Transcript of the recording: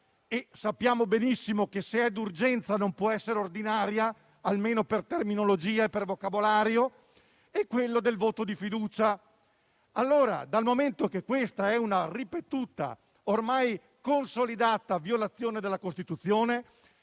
ma sappiamo benissimo che, se è urgenza, non può essere ordinaria, almeno per terminologia e vocabolario - e quello del voto di fiducia. Dal momento che questa è una ripetuta e ormai consolidata violazione della Costituzione,